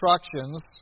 instructions